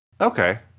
okay